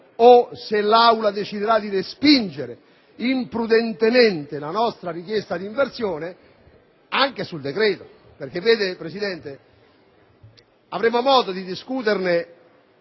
o, se l'Aula deciderà di respingere imprudentemente la nostra richiesta di inserimento, poi anche sul decreto, perché, Presidente, avremo modo di discuterne.